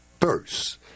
first